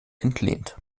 entlehnt